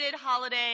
holiday